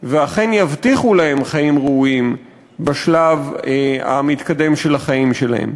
ואכן יבטיחו להם חיים ראויים בשלב המתקדם של החיים שלהם.